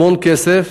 המון כסף,